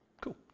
Cool